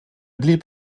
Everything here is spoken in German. blieb